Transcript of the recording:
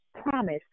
promise